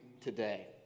today